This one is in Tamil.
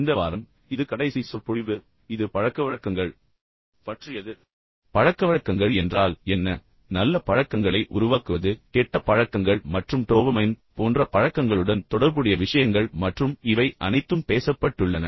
இந்த வாரம் இது கடைசி சொற்பொழிவு மற்றும் முற்றிலும் இது பழக்கவழக்கங்களுக்கு அர்ப்பணிக்கப்பட்டுள்ளது பழக்கவழக்கங்கள் என்றால் என்ன நல்ல பழக்கங்களை உருவாக்குவது கெட்ட பழக்கங்கள் மற்றும் டோபமைன் போன்ற பழக்கங்களுடன் தொடர்புடைய விஷயங்கள் மற்றும் இவை அனைத்தும் பேசப்பட்டுள்ளன